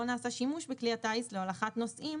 לא נעשה שימוש בכלי הטיס להולכת נוסעים